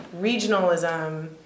regionalism